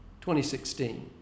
2016